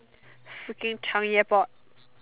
Foodking Changi Airport